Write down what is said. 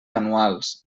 anuals